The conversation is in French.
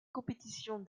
compétitions